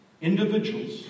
individuals